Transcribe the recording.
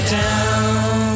down